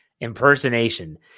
Impersonation